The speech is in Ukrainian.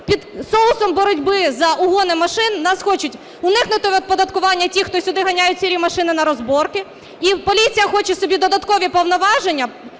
під соусом боротьби за угони машин у нас хочуть уникнути оподаткування ті, хто сюди ганяють "сірі" машини на розборки. І поліція хоче собі додаткові повноваження,